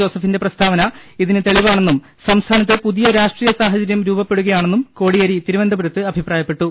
ജോസഫിന്റെ പ്രസ്താവന ഇതിന് തെളിവാണെന്നും സംസ്ഥാ നത്ത് പുതിയ രാഷ്ട്രീയ സാഹചര്യം രൂപപ്പെടുകയാണെന്നും കോടിയേരി തിരുവനന്തപുരത്ത് അഭിപ്രായപ്പെട്ടു